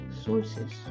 sources